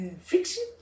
Fixing